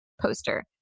poster